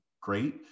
great